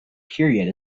period